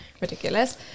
Ridiculous